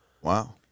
Wow